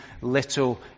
little